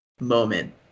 moment